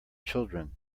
children